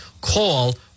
Call